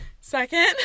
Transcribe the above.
Second